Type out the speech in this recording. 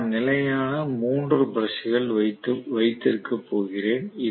நான் நிலையான 3 பிரஷ்கள் வைத்திருக்கப் போகிறேன்